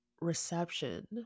reception